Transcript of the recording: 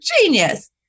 genius